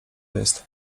jest